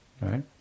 Right